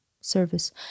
service